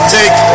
take